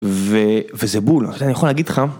וזה בול, אני יכול להגיד לך.